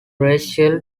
racial